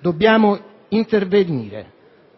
dobbiamo intervenire.